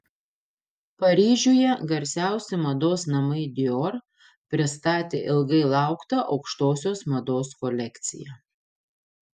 paryžiuje garsiausi mados namai dior pristatė ilgai lauktą aukštosios mados kolekciją